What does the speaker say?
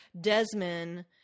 Desmond